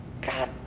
God